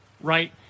right